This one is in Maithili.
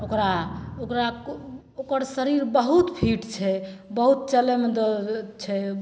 ओकरा ओकरा ओकर शरीर बहुत फिट छै बहुत चलैमे छै